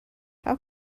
how